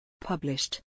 Published